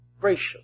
gracious